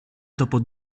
dopo